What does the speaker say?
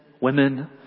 women